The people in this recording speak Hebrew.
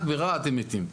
רק ברהט הם מתים.